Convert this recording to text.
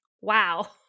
Wow